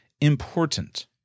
important